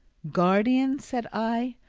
guardian, said i,